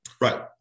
Right